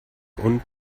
unten